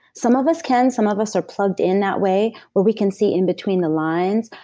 some of us can, some of us are plugged in that way where we can see in between the lines,